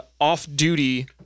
off-duty